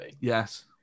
yes